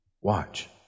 Watch